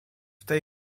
tej